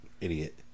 Idiot